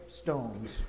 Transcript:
stones